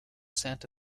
santa